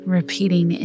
repeating